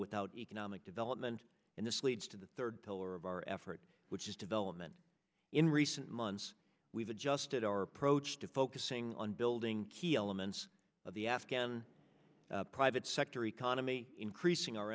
without economic development and this leads to the third pillar of our effort which is development in recent months we've adjusted our approach to focusing on building key elements of the afghan private sector economy increasing our